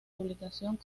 publicación